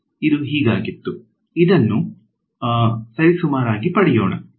ಇದು ಹೀಗಾಗುತ್ತದೆ ಇದನ್ನು ಸರಿಸುಮಾರಾಗಿ ಪಡೆಯೋಣ